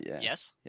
Yes